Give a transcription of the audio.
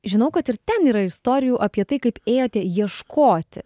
žinau kad ir ten yra istorijų apie tai kaip ėjote ieškoti